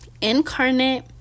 incarnate